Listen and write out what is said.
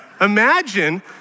Imagine